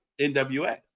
NWA